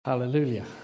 Hallelujah